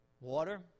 water